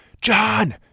John